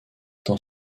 dans